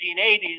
1980s